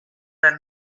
kaŝu